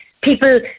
people